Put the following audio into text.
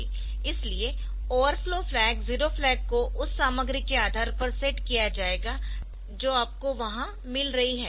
इसलिए overflow flag zero flag को उस सामग्री के आधार पर सेट किया जाएगा जो आपको वहां मिल रही है